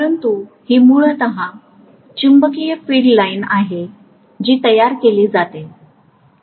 परंतु ही मूलत चुंबकीय फील्ड लाइन आहे जी तयार केली जाते